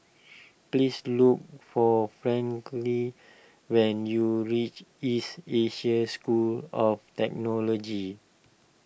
please look for Franklyn when you reach East Asia School of technology